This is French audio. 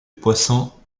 poissons